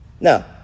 No